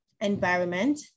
environment